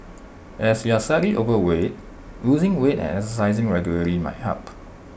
as you are slightly overweight losing weight and exercising regularly might help